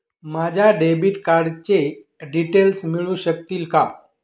माझ्या डेबिट कार्डचे डिटेल्स मिळू शकतील का?